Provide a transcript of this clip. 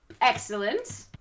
excellent